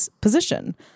position